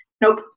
nope